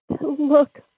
look